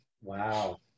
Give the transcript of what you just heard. wow